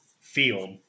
field